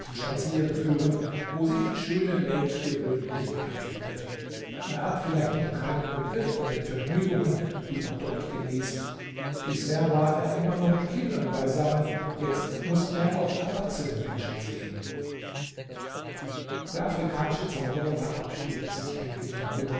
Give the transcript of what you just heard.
spazieren führen wo sich die schöne welt gewöhnlich einfindet er hat vielleicht noch keinen begriff von den vergnügungen die man dort genießt bisher war er immer nur mit kindern beisammen jetzt muß er auch erwachsene menschen sehen der afrikanische zauberer verabschiedete sich endlich von mutter